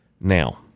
Now